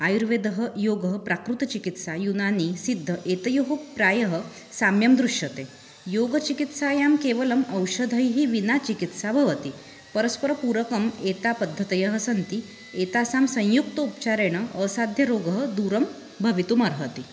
आयुर्वेदः योगः प्राकृतचिकित्सा युनानि सिद्ध एतयोः प्रायः साम्यं दृश्यते योगचिकित्सायां केवलम् औषधैः विना चिकित्सा भवति परस्परपूरकम् एतापद्धतयः सन्ति एतासां संयुक्त उपचारेण असाध्यरोगः दूरं भवितुम् अर्हति